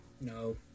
No